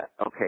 Okay